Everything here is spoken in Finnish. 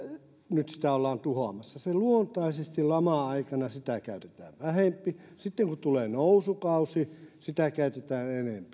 nyt sitä ollaan tuhoamassa luontaisesti lama aikana sitä käytetään vähempi sitten kun tulee nousukausi sitä käytetään enempi